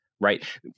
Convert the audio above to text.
Right